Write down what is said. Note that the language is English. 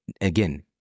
Again